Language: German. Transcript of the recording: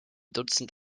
dutzend